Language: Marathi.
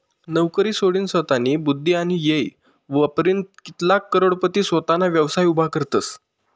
नवकरी सोडीनसोतानी बुध्दी आणि येय वापरीन कित्लाग करोडपती सोताना व्यवसाय उभा करतसं